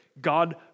God